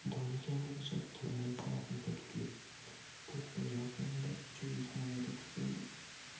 दोन्ही कॅमेरेच्या तुलनेत जर आपण बघितले तर पहिल्या कॅमेरात चोवीस मेगा पिक्सेल